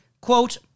Quote